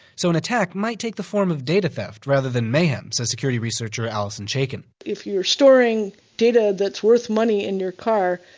so an attack might take the form of data theft, rather than mayhem, says security researcher alison chaiken if you're storing data that's worth money in your car,